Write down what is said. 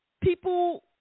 people –